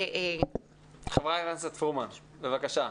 כן, חברת הכנסת פרומן, בבקשה.